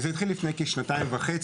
אם אינני טועה, זה התחיל לפני כשנתיים וחצי.